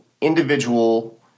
individual